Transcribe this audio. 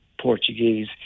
Portuguese